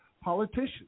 politicians